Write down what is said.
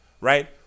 right